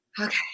okay